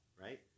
right